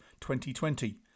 2020